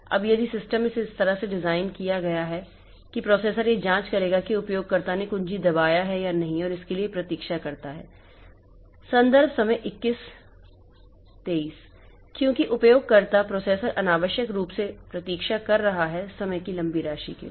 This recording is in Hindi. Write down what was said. अब यदि सिस्टम इस तरह से डिज़ाइन किया गया है कि प्रोसेसर यह जांच करेगा कि उपयोगकर्ता ने कुछ कुंजी दबाया है या नहीं और इसके लिए प्रतीक्षा करता है क्योंकि उपयोगकर्ता प्रोसेसर अनावश्यक रूप से प्रतीक्षा कर रहा है समय की लंबी राशि के लिए